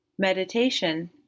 Meditation